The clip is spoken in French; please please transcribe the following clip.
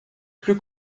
plus